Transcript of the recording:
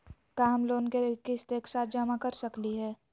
का हम लोन के किस्त एक साथ जमा कर सकली हे?